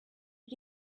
did